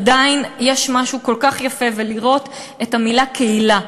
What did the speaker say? עדיין יש משהו כל כך יפה במילה קהילה.